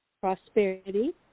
prosperity